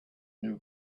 new